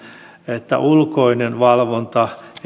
että ulkoinen valvonta